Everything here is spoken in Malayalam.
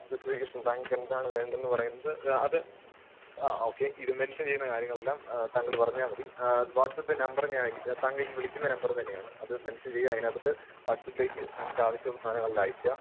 സ്പെസിഫിക്കേഷൻ താങ്കള്ക്ക് എന്താണു വേണ്ടതെന്നു പറയുന്നത് അ അത് ആ ഓക്കെ ഇത് മെൻഷൻ ചെയ്യുന്ന കാര്യങ്ങളെല്ലാം താങ്കൾ പറഞ്ഞാല് മതി വാട്സാപ്പില് നമ്പർ ഞാൻ താങ്കളെ ഈ വിളിക്കുന്ന നമ്പർ തന്നെയാണ് അത് മെൻഷൻ ചെയ്യുക അതിനകത്തോട്ട് വാട്സാപ്പിലേക്ക് താങ്കള്ക്ക് ആവശ്യമുള്ള സാധനങ്ങളെല്ലാം അയയ്ക്കുക